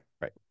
Right